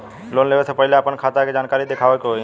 Loan लेवे से पहिले अपने खाता के जानकारी दिखावे के होई?